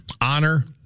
honor